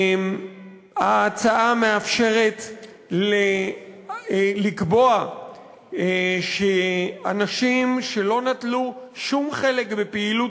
ההצעה מאפשרת לקבוע שאנשים שלא נטלו שום חלק בפעילות